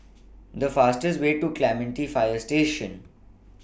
The fastest Way to Clementi Fire Station